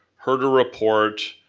heard a report